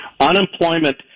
Unemployment